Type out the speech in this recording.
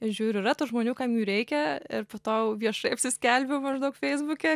žiūriu yra tų žmonių kam jų reikia ir po to jau viešai apsiskelbiau maždaug feisbuke